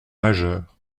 majeure